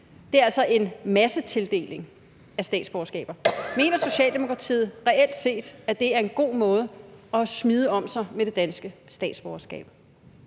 Der er altså tale om en massetildeling af statsborgerskaber. Mener Socialdemokratiet reelt set, at det er en god måde at smide om sig med det danske statsborgerskab